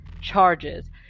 charges